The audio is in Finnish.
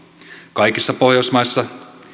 kaikissa pohjoismaissa